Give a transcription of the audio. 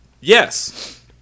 Yes